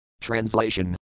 Translation